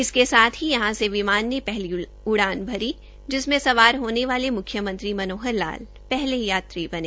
इसके साथ ही यहां से विमान ने पहली उड़ान भरी जिसमें सवार होने वाले मुख्यमंत्री मनोहर लाल पहले यात्री बने